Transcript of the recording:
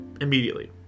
immediately